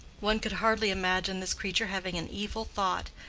one could hardly imagine this creature having an evil thought.